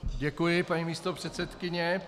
Děkuji, paní místopředsedkyně.